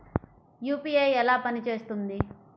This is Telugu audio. యూ.పీ.ఐ ఎలా పనిచేస్తుంది?